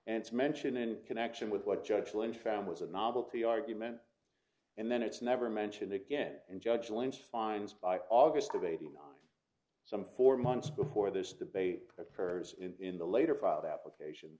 and mentioned in connection with what judge lynn found was a novelty argument and then it's never mentioned again and judge lynch finds by august of eighty nine some four months before this debate prefers in the later filed application